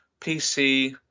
PC